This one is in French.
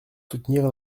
soutenir